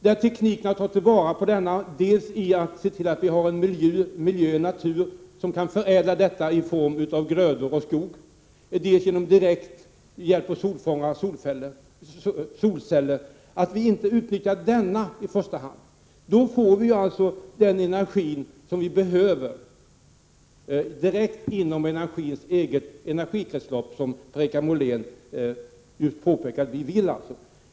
Jag har svårt att förstå varför vi i första hand inte utnyttjar denna energi. Vi bör ta vara på den här tekniken, som kan leda till att vi får en miljö och en natur där energin förädlas och tar form i grödor och skog — direkt genom solfångare och solceller. Då får vi den energi vi behöver inom naturens eget energikretslopp, såsom Per-Richard Molén också påpekade.